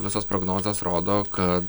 visos prognozės rodo kad